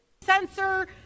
Censor